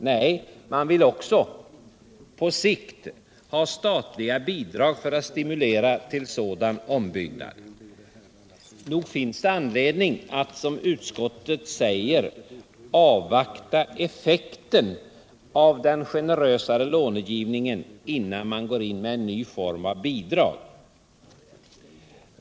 Nej, man vill också —- på sikt — ha statliga bidrag för att stimulera till sådan ombyggnad. Nog finns det anledning att, som utskottet säger, avvakta effekten av den generösare långivningen innan man går in med en ny form av bidrag.